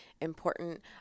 important